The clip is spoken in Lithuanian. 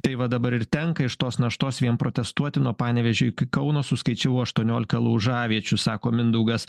tai va dabar ir tenka iš tos naštos vien protestuoti nuo panevėžio iki kauno suskaičiavau aštuoniolika laužaviečių sako mindaugas